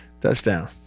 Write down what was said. Touchdown